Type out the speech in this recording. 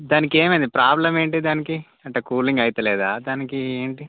దానికి ఏమైంది ప్రాబ్లం ఏంటి దానికి అంటే కూలింగ్ అయితలేదా దానికి ఏంటి